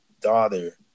daughter